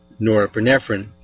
norepinephrine